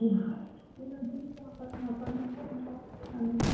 ಯಾರು ಅಷ್ಟೆಲ್ಲ ಬಂದು ವಾಪಸ್